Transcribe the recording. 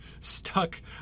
stuck